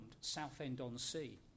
Southend-on-Sea